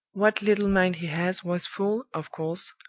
what little mind he has was full, of course,